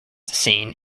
scene